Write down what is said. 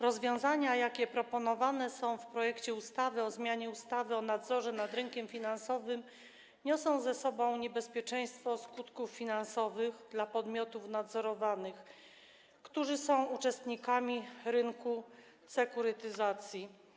Rozwiązania, jakie proponowane są w projekcie ustawy o zmianie ustawy o nadzorze nad rynkiem finansowym, niosą ze sobą niebezpieczeństwo skutków finansowych dla podmiotów nadzorowanych, które są uczestnikami rynku sekurytyzacji.